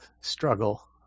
struggle